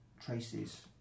traces